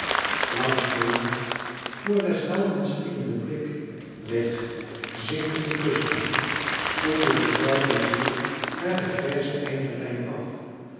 langs de laag voor des helden spiedenden blik weg zinkende kusten spoelde de grauwe zee naar de grijze einderlijn af